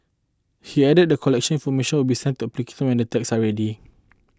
he added that collection information will be sent to applicants and tags are ready